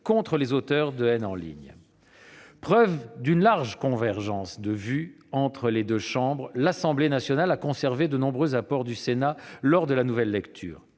contenus relevant de la haine en ligne. Preuve d'une large convergence de vues entre les deux chambres, l'Assemblée nationale a conservé de nombreux apports du Sénat lors de la nouvelle lecture.